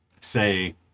Say